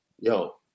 Yo